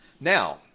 Now